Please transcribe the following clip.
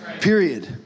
period